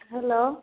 hello